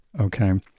okay